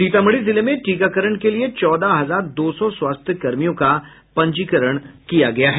सीतामढ़ी जिले में टीकाकरण के लिए चौदह हजार दो सौ स्वास्थ्य कर्मियों का पंजीकरण किया गया है